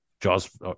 Jaws